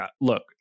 Look